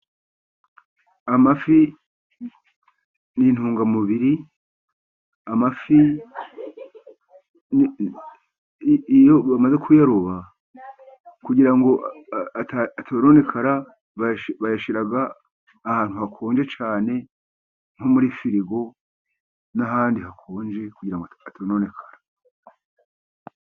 Amafi n'intungamubiri, amafi iyo bamaze kuyaroba kugira ngo atononekara, bayashyiraga ahantu hakonje cyane nko muri firigo, n'ahandi hakonje kugira ngo atononekara.